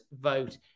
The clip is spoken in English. vote